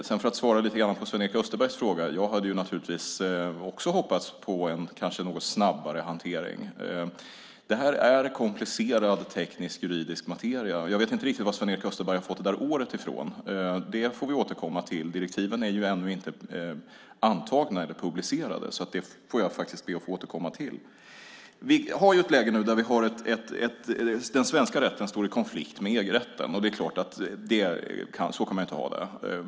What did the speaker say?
För att svara på Sven-Erik Österbergs fråga vill jag säga att jag naturligtvis också hade hoppats på en något snabbare hantering. Det här är komplicerad teknisk-juridisk materia. Jag vet inte riktigt vad Sven-Erik Österberg fått det där året ifrån. Det får vi återkomma till. Direktiven är ännu inte antagna eller publicerade, så det ber jag att få återkomma till. Vi har nu ett läge där den svenska rätten står i konflikt med EG-rätten. Så kan vi naturligtvis inte ha det.